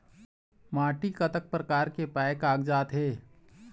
माटी कतक प्रकार के पाये कागजात हे?